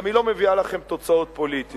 היא גם לא מביאה לכם תוצאות פוליטיות.